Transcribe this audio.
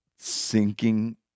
sinking